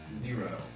zero